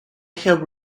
have